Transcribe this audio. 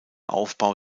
aufbau